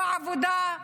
לא עבודה,